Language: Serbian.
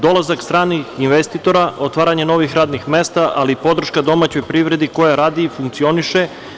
Dolazak stranih investitora, otvaranje novih radnih mesta, ali i podrška domaćoj privredi koja radi i funkcioniše.